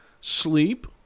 Sleep